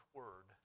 word